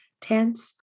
tense